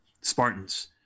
Spartans